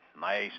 nice